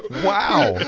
wow.